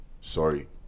sorry